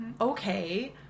Okay